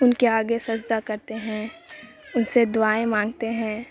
ان کے آگے سجدتا کرتے ہیں ان سے دعائیں مانگتے ہیں